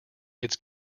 its